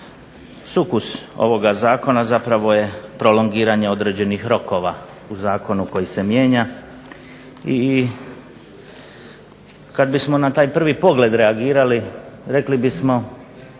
Sukus ovoga zakona zapravo je prolongiranje određenih rokova u zakonu koji se mijenja i kad bismo na taj prvi pogled reagirali rekli bismo